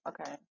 okay